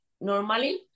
normally